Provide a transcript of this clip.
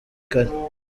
kare